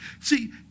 See